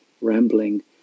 rambling